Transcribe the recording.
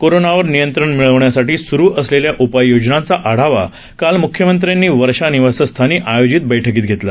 कोरोनावर नियंत्रण मिळवण्यासाठी सुरू असलेल्या उपाययोजनांचा आढावा काल मुख्यमंत्र्यांनी वर्षा निवासस्थानी आयोजित बैठकीत घेतला